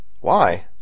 Why